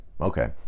okay